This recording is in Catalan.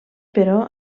però